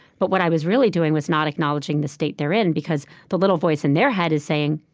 but what i was really doing was not acknowledging the state they're in, because the little voice in their head is saying,